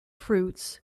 fruits